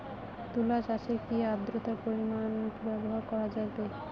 তুলা চাষে কি আদ্রর্তার পরিমাণ ব্যবহার করা যাবে?